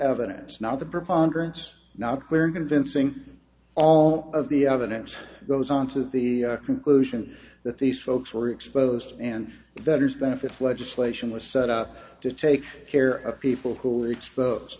evidence now the preponderance not clear going fencing all of the other next goes on to the conclusion that these folks were exposed and veterans benefits legislation was set up to take care of people who'll expose